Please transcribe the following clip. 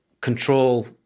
control